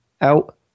out